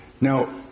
Now